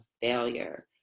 failure